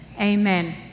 Amen